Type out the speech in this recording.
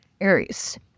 Aries